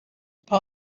part